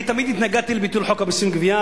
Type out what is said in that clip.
אני תמיד התנגדתי לביטול פקודת המסים (גבייה),